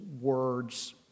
words